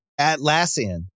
Atlassian